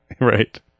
Right